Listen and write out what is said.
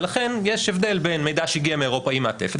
ולכן יש הבדל בין מידע שהגיע מאירופה עם מעטפת,